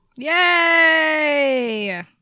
Yay